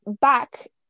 back